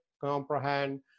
comprehend